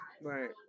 right